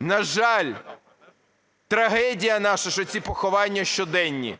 На жаль, трагедія наша, що ці поховання щоденні.